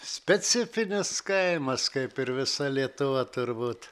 specifinis kaimas kaip ir visa lietuva turbūt